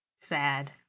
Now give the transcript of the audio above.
Sad